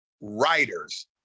writers